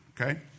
okay